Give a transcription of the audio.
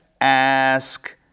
ask